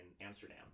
Amsterdam